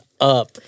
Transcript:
up